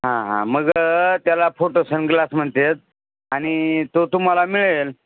हा हा मग त्याला फोटो सनग्लास म्हणतात आणि ती तो तुम्हाला मिळेल